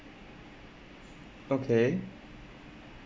okay